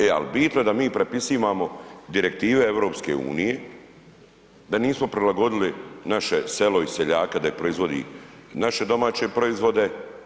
E ali bitno je da mi prepisivamo direktive EU, da nismo prilagodili naše selo i seljaka da proizvodi naše domaće proizvode.